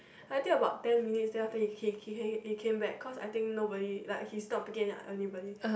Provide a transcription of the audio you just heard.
I think about ten minutes then after he came he came back because I think nobody like he is not picking anybody